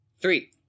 Three